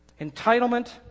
Entitlement